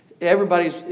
Everybody's